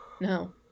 No